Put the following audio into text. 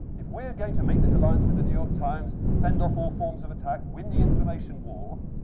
if we're going to make this alliance with the new york times, fend off all forms of attack within the information war,